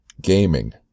gaming